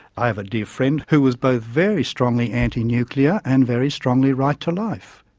i have a dear friend who was both very strongly anti-nuclear and very strongly right-to-life.